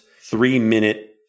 three-minute